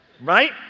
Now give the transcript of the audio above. right